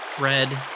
red